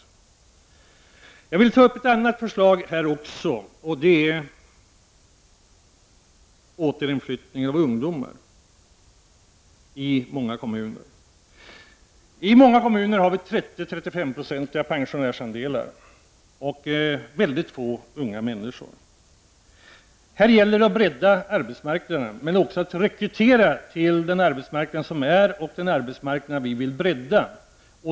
Jag skulle vilja ta upp ett annat förslag som gäller återinflyttning av ungdomar i många kommuner. Många kommuner har i dag 30—35-procentiga pensionärsandelar och väldigt få unga människor. Det gäller att bredda arbetsmarknaden och rekrytera till den arbetsmarknad som finns och den arbetsmarknad som man vill bredda.